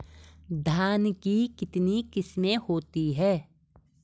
धान की कितनी किस्में होती हैं?